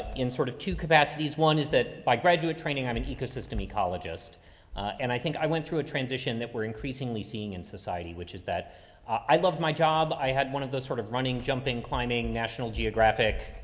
in sort of two capacities. one is that my graduate training on an ecosystem ecologist and i think i went through a transition that we're increasingly seeing in society, which is that i love my job. i had one of those sort of running, jumping, climbing, national geographic,